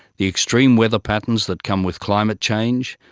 the extreme weather patterns that come with climate change,